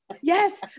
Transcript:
Yes